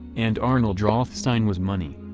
and arnold rothstein was money.